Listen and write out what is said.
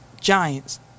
Giants